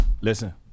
Listen